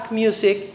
music